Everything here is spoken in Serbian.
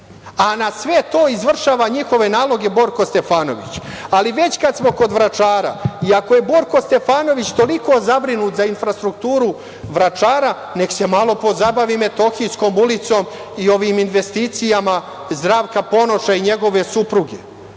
Na sve to izvršava njihove naloge Borko Stefanović. Kad smo već kod Vračara, ako je Borko Stefanović toliko zabrinut za infrastrukturu Vračara, nek se malo pozabavi Metohijskom ulicom i ovim investicijama Zdravka Ponoša i njegove supruge.